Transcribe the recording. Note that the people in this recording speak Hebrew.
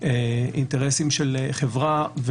ואינטרסים של החברה.